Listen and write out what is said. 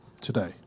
today